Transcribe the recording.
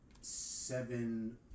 seven